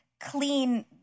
clean